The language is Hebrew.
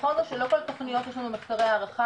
נכון הוא שלא לכל התוכניות יש לנו מחקרי הערכה,